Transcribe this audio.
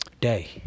Day